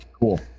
cool